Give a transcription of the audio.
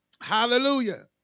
Hallelujah